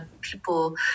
people